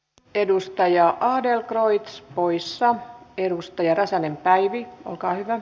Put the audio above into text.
edustaja ahde loix poissa virusta ja räsänen päivi olkaa hyvä